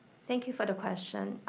thank you for the question.